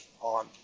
on